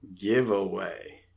giveaway